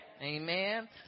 Amen